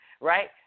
right